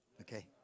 okay